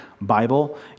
Bible